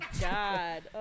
god